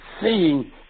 seeing